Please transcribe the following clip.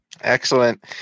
Excellent